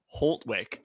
Holtwick